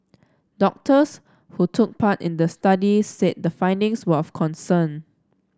doctors who took part in the study said the findings were of concern